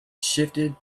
shifted